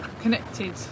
connected